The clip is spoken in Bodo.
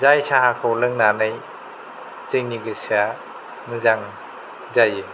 जाय साहाखौ लोंनानै जोंनि गोसोआ मोजां जायो